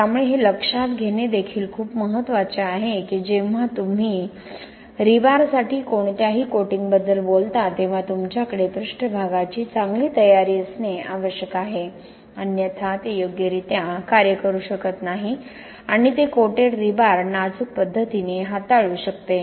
त्यामुळे हे लक्षात घेणे देखील खूप महत्वाचे आहे की जेव्हा तुम्ही रीबारसाठी कोणत्याही कोटिंगबद्दल बोलता तेव्हा तुमच्याकडे पृष्ठभागाची चांगली तयारी असणे आवश्यक आहे अन्यथा ते योग्यरित्या कार्य करू शकत नाही आणि ते कोटेड रीबार नाजूक पद्धतीने हाताळू शकते